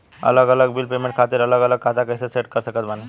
अलग अलग bill payment खातिर अलग अलग खाता कइसे सेट कर सकत बानी?